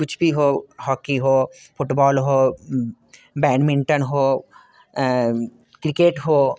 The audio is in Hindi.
कुछ भी हो हॉकी हो फुटबॉल हो बैडमिंटन हो क्रिकेट हो